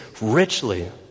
richly